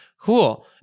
cool